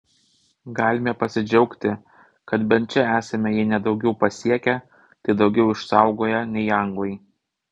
galime pasidžiaugti kad bent čia esame jei ne daugiau pasiekę tai daugiau išsaugoję nei anglai